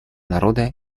народа